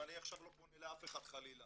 ועכשיו אני לא פונה לאף אחד חלילה,